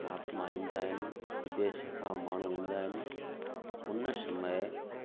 महात्मा ईंदा आहिनि विदेश खां माण्हू ईंदा आहिनि उन समय